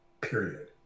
Period